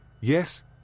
Yes